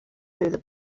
through